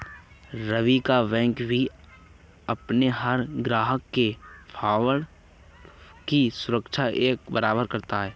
रवि का बैंक भी अपने हर ग्राहक के फण्ड की सुरक्षा एक बराबर करता है